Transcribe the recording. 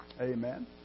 Amen